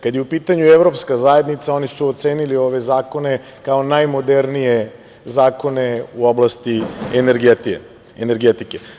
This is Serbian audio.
Kada je u pitanju Evropska zajednica, oni su ocenili ove zakone kao najmodernije zakone u oblasti energetike.